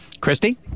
Christy